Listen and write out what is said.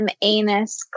anus